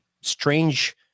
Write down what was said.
strange